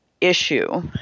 issue